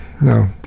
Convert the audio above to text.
No